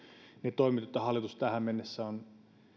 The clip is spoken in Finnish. ne toimet joita hallitus tähän mennessä on